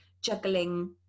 juggling